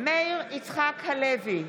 מאיר יצחק הלוי,